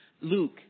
Luke